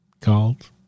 called